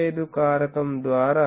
15 కారకం ద్వారా